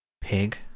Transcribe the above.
Pig